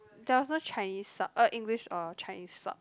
there was no Chinese sub uh English or Chinese sub